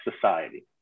society